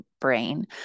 brain